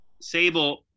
Sable